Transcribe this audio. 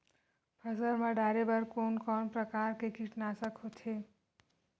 फसल मा डारेबर कोन कौन प्रकार के कीटनाशक होथे?